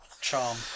Charm